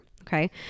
okay